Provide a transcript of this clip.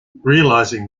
realizing